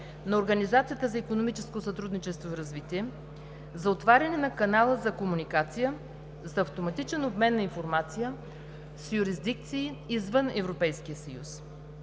на Организацията за икономическо сътрудничество и развитие за отваряне на канала за комуникация за автоматичен обмен на информация с юрисдикции извън Европейския съюз.